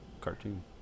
cartoon